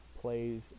plays